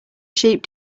sheep